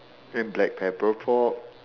and black pepper pork